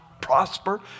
prosper